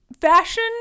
fashion